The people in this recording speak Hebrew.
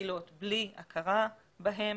מתחילות בלי הכרה בהן